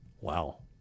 Wow